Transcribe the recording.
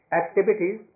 activities